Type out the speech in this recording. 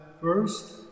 first